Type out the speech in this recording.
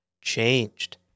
changed